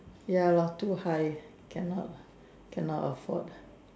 ya lot do high can not can not afford